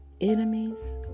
enemies